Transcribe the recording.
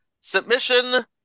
Submission